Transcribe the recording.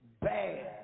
bad